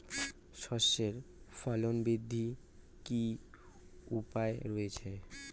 সর্ষের ফলন বৃদ্ধির কি উপায় রয়েছে?